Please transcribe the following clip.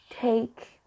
take